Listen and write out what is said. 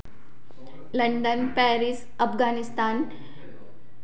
London Paris Afghanistan